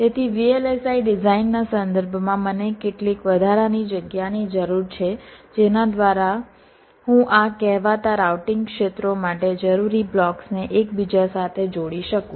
તેથી VLSI ડિઝાઇનના સંદર્ભમાં મને કેટલીક વધારાની જગ્યાની જરૂર છે જેના દ્વારા હું આ કહેવાતા રાઉટિંગ ક્ષેત્રો માટે જરૂરી બ્લોક્સને એકબીજા સાથે જોડી શકું